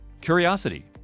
curiosity